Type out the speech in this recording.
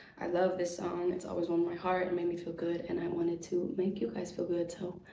i love this song. it's always warmed my heart and made me feel good, and i wanted to make you guys feel good. so,